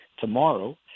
tomorrow